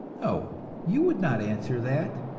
no, you would not answer that.